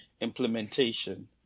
implementation